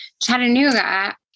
Chattanooga